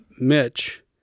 Mitch